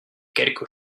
quelque